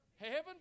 Heaven